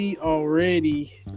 already